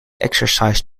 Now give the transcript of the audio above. exercised